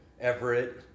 Everett